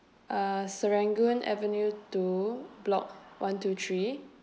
uh serangoon avenue two block one two three